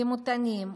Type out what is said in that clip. דימותנים,